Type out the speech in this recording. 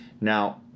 Now